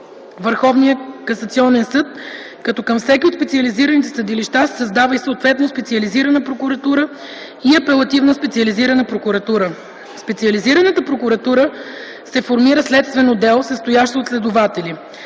Върховният касационен съд, като към всеки от специализираните съдилища се създава и съответно специализирана прокуратура и апелативна специализирана прокуратура. В специализираната прокуратура се формира следствен отдел, състоящ се от следователи.